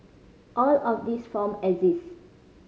all of these form exist